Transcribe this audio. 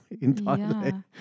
entirely